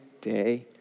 day